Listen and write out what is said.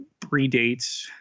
predates